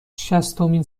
شصتمین